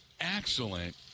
excellent